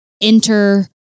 enter